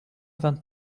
vingt